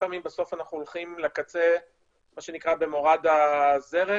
פעמים בסוף אנחנו הולכים לקצה במורד הזרם,